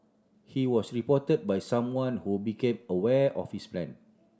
he was reported by someone who became aware of his plan